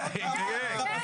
כן, כן.